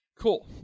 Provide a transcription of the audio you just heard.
Cool